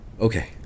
Okay